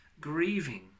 grieving